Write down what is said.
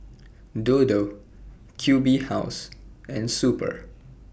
Dodo Q B House and Super